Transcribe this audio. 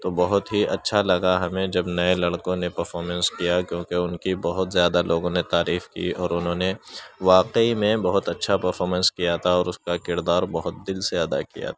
تو بہت ہی اچھا لگا ہمیں جب نئے لڑکوں نے پرفارمنس کیا کیوں کہ ان کی بہت زیادہ لوگوں نے تعریف کی اور انہوں نے واقعی میں بہت اچھا پرفارمنس کیا تھا اور اس کا کردار بہت دل سے ادا کیا تھا